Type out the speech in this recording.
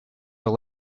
were